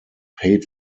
paid